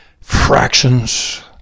fractions